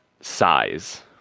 size